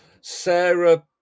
sarah